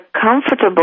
comfortable